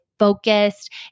focused